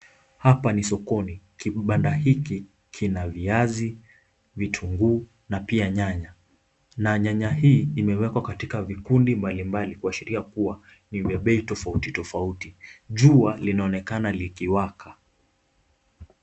Hapa ni sokoni. Kibanda hiki kina viazi, vitunguu, na pia nyanya. Na nyanya hii imewekwa katika vikundi mbalimbali, kuashiria kuwa ni vya bei tofauti tofauti. Jua linaonekana likiwaka.